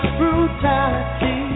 brutality